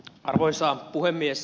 arvoisa puhemies